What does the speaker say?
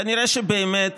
כנראה שבאמת